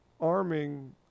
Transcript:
arming